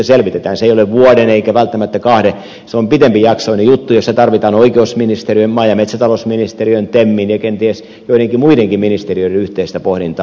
se ei ole vuoden eikä välttämättä kahden se on pitempijaksoinen juttu jossa tarvitaan oikeusministeriön maa ja metsätalousministeriön temmin ja kenties joidenkin muidenkin ministeriöiden yhteistä pohdintaa